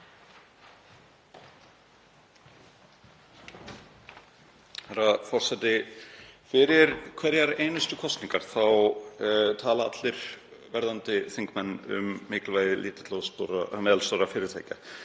Herra forseti. Fyrir hverjar einustu kosningar tala allir verðandi þingmenn um mikilvægi lítilla og meðalstórra fyrirtækja.